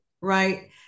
right